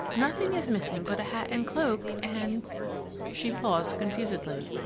nothing is missing but a hat and cloak and she paused confusedly.